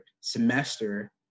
semester